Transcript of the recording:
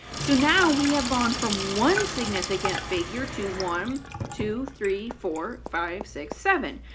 so now we have gone from one significant figure to one two three four five six seven.